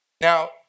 Now